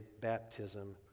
baptism